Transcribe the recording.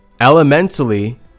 elementally